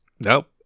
Nope